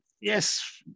yes